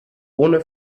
ohne